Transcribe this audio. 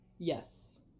Yes